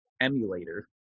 emulator